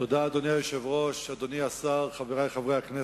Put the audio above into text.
אדוני היושב-ראש, אדוני השר, חברי חברי הכנסת,